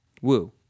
Woo